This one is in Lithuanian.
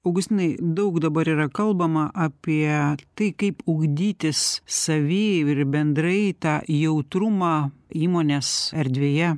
augustinai daug dabar yra kalbama apie tai kaip ugdytis savy ir bendrai tą jautrumą įmonės erdvėje